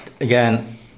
again